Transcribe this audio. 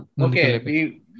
okay